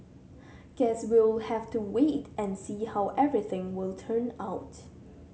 guess we'll have to wait and see how everything will turn out